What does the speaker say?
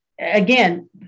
Again